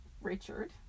Richard